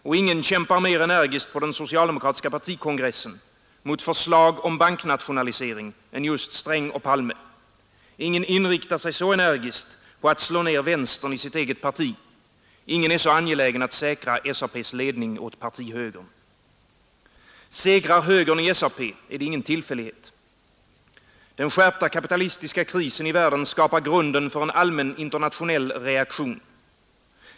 Och ingen kämpar mer energiskt på den socialdemokratiska partikongressen mot förslag om banknationlisering än just Sträng och Palme. Ingen inriktar sig så energiskt på att slå ned vänstern i sitt eget parti. Ingen är så angelägen att säkra SAP:s ledning åt partihögern. Segrar högern i SAP är det ingen tillfällighet. Den skärpta kapitalistiska krisen i världen skapar grunden för en allmän internationell reaktion.